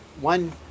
One